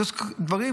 זאת אומרת,